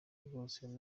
rwose